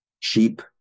cheap